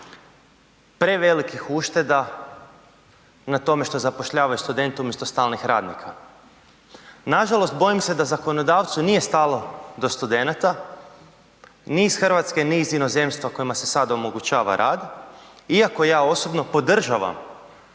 prevelikih ušteda na tome što zapošljavaju studente umjesto stalnih radnika. Nažalost bojim se da zakonodavcu nije stalo do studenata, ni iz Hrvatske ni iz inozemstva kojima se sad omogućava rad, iako ja osobno podržavam